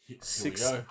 six